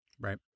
Right